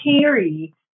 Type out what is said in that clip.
carry